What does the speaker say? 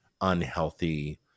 unhealthy